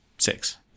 Six